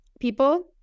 people